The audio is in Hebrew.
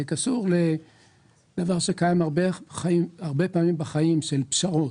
זה קשור לדבר שקיים הרבה פעמים בחיים שהוא פשרות.